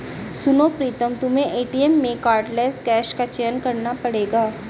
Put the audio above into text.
सुनो प्रीतम तुम्हें एटीएम में कार्डलेस कैश का चयन करना पड़ेगा